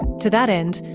to that end,